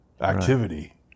activity